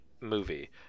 movie